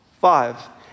Five